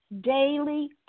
daily